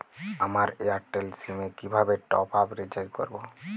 আমার Airtel SIM এ কিভাবে টপ আপ রিচার্জ করবো?